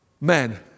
men